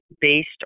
based